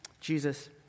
Jesus